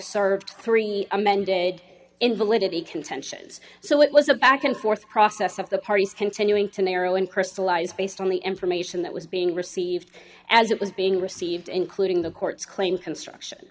served three amended invalidity contentions so it was a back and forth process of the parties continuing to narrow and crystallize based on the information that was being received as it was being received including the court's claim construction